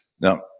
Now